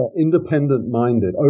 independent-minded